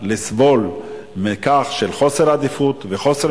לסבול כל הזמן מחוסר סדר עדיפויות וחוסר